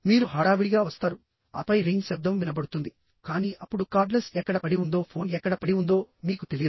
మీరు హడావిడిగా వస్తారుఆపై రింగ్ శబ్దం వినబడుతుందికానీ అప్పుడు కార్డ్లెస్ ఎక్కడ పడి ఉందో ఫోన్ ఎక్కడ పడి ఉందో మీకు తెలియదు